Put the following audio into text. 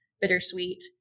bittersweet